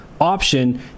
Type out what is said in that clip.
option